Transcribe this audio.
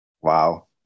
Wow